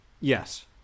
Yes